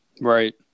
Right